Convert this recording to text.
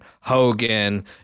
Hogan